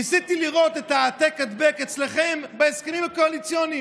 ניסיתי לראות את ההעתק-הדבק אצלכם בהסכמים הקואליציוניים.